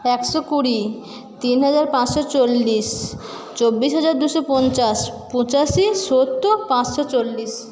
একশো কুড়ি তিন হাজার পাঁচশো চল্লিশ চব্বিশ হাজার দুশো পঞ্চাশ পঁচাশি সত্তর পাঁচশো চল্লিশ